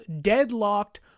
deadlocked